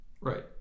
Right